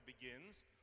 begins